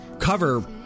cover